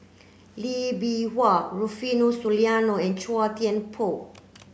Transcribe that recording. Lee Bee Wah Rufino Soliano and Chua Thian Poh